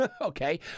okay